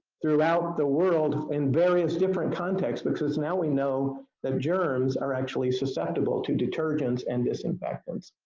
throughout the world in various different contexts, because now we know that germs are actually susceptible to detergents and disinfectants.